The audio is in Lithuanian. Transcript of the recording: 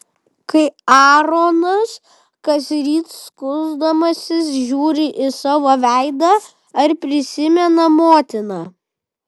kai aaronas kasryt skusdamasis žiūri į savo veidą ar prisimena motiną